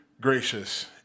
gracious